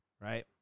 right